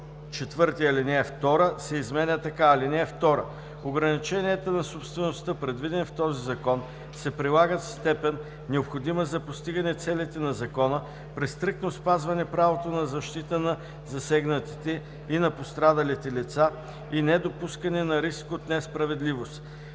2. В чл. 4 ал. 2 се изменя така: „(2) Ограниченията на собствеността, предвидени в този закон, се прилагат в степен, необходима за постигане целите на закона, при стриктно спазване правото на защита на засегнатите и на пострадалите лица и недопускане на риск от несправедливост.